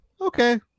okay